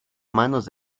manos